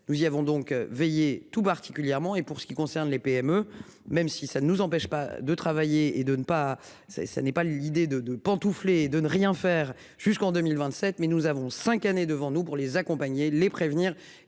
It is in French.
nous y avons donc veiller tout particulièrement et pour ce qui concerne les PME, même si ça ne nous empêche pas de travailler et de ne pas ça et ça n'est pas l'idée de de pantoufler de ne rien faire jusqu'en 2027 mais nous avons 5 années devant nous pour les accompagner les prévenir